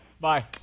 Bye